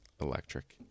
electric